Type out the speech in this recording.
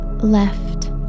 left